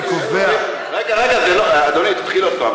אני קובע, רגע, אדוני, תתחיל עוד פעם.